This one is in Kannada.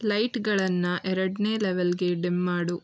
ಲೈಟ್ಗಳನ್ನು ಎರಡನೇ ಲೆವೆಲ್ಗೆ ಡಿಮ್ ಮಾಡು